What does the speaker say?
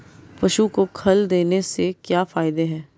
पशु को खल देने से क्या फायदे हैं?